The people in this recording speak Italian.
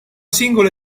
singolo